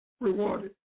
rewarded